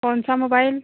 कौन सा मोबाइल